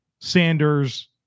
Sanders